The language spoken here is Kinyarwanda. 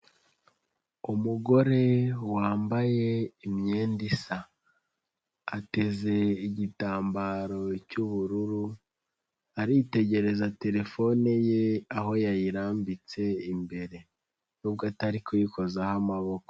Umugore wambaye imyenda isa, ateze igitambaro cy'ubururu, aritegereza telefone ye aho yayirambitse imbere nubwo atari kuyikozaho amaboko.